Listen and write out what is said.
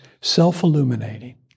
self-illuminating